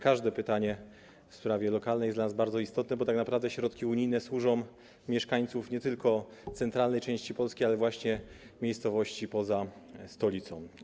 Każde pytanie w sprawie lokalnej jest dla nas bardzo istotne, bo tak naprawdę środki unijne służą mieszkańcom nie tylko centralnej części Polski, ale i miejscowości poza stolicą.